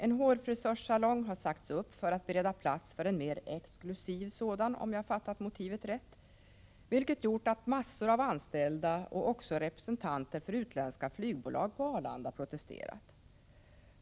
En hårfrisörssalong har sagts upp för att bereda plats för en mer exklusiv sådan — om jag fattat motivet rätt — vilket gjort att massor av anställda och även representanter för utländska flygbolag på Arlanda har protesterat.